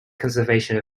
conservation